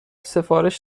سفارش